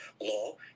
law